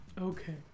Okay